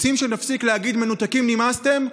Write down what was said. רוצים שנפסיק להגיד: מנותקים, נמאסתם?